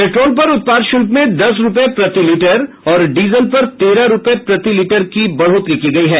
petrol पर उत्पाद शुल्क में दस रूपये प्रति लीटर और डीजल पर तेरह रूपये प्रति लीटर की वृद्धि की गयी है